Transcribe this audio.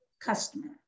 customer